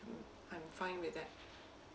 I'm fine with that